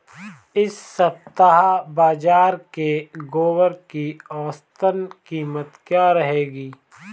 इस सप्ताह बाज़ार में ग्वार की औसतन कीमत क्या रहेगी?